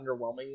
underwhelming